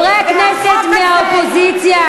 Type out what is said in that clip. חברי הכנסת מהאופוזיציה,